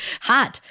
Hot